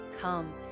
Come